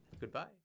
goodbye